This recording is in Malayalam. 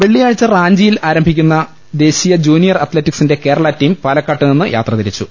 വെള്ളിയാഴ്ച റാഞ്ചിയിൽ ആരംഭിക്കുന്ന ദേശീയ ജൂനിയർ അത്ലറ്റിക്സിന്റെ കേരള ടീം പാലക്കാട്ടുനിന്ന് യാത്ര തിരിച്ചു